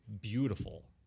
beautiful